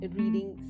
reading